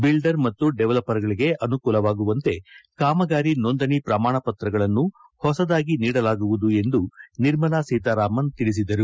biller ಮತ್ತು ಡೆವಲಪರ್ಗಳಿಗೆ ಅನುಕೂಲವಾಗುವಂತೆ ಕಾಮಗಾರಿ ನೋಂದಣಿ ಪ್ರಮಾಣಪತ್ರಗಳನ್ನು ಹೊಸದಾಗಿ ನೀಡಲಾಗುವುದು ಎಂದು ಅವರು ನಿರ್ಮಲಾ ಸೀತಾರಾಮನ್ ತಿಳಿಸಿದರು